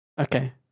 Okay